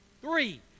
Three